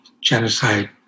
genocide